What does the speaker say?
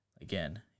again